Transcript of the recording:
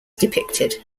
depicted